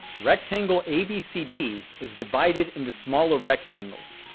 rectangle abcd is divided into smaller rectangles.